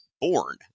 born